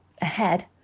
Ahead